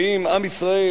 ואם עם ישראל,